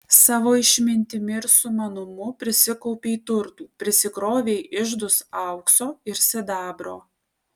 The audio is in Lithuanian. savo išmintimi ir sumanumu prisikaupei turtų prisikrovei iždus aukso ir sidabro